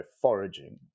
foraging